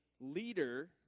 leader